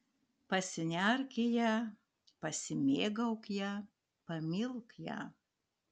pasinerk į ją pasimėgauk ja pamilk ją